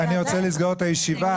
אני רוצה לסגור את הישיבה,